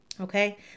Okay